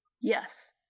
Yes